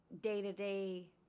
Day-to-day